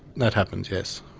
that happens, yes.